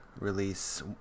release